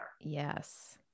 Yes